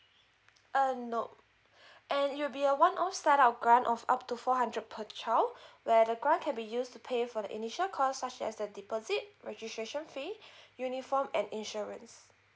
uh nope and it'll be a one off start up of grant of up to four hundred per child where the grant can be used to pay for the initial cost such as the deposit registration fee uniform and insurance